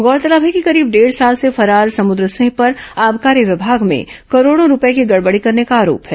गौरतलब है कि करीब डेढ़ साल से फरार समुद्र सिंह पर आबकारी विभाग में करोड़ों रूपये की गड़बड़ी करने का आरोप है